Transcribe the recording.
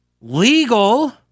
Legal